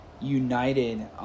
united